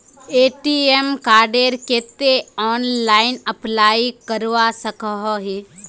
ATM कार्डेर केते online apply करवा सकोहो ही?